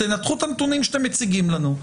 תנתחו את הנתונים שאתם מציגים לנו.